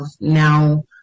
now